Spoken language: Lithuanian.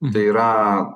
tai yra